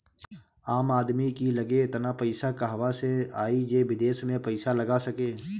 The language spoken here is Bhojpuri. आम आदमी की लगे एतना पईसा कहवा से आई जे विदेश में पईसा लगा सके